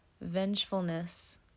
vengefulness